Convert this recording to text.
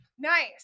Nice